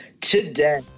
today